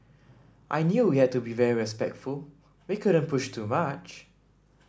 I knew we had to be very respectful we couldn't push too much